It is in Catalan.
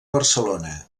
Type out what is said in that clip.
barcelona